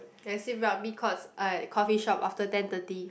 when I see rugby courts I coffeeshop after ten thirty